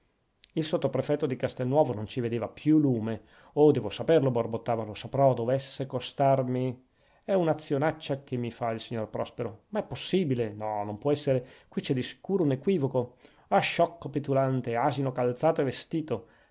casi il sottoprefetto di castelnuovo non ci vedeva più lume oh devo saperlo borbottava lo saprò dovesse costarmi è un'azionaccia che mi fa il signor prospero ma è possibile no non può essere qui c'è di sicuro un equivoco ah sciocco petulante asino calzato e vestito